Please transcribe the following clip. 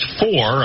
four